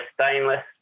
stainless